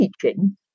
teaching